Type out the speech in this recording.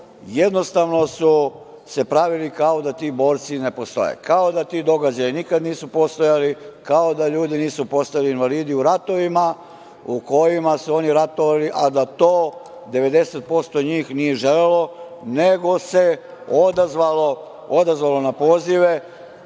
Jednostavno su se pravili kao da ti borci ne postoje, kao da ti događaji nikad nisu postojali, kao da ljudi nisu postali invalidi u ratovima u kojima su oni ratovali, a da to 90% njih nije želelo, nego se odazvalo na pozive